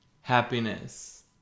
happiness